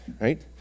right